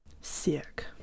Sick